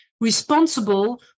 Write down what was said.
responsible